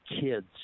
kids